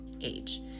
Age